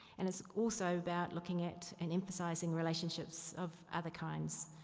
and it's also about looking at and emphasizing relationships of other kinds.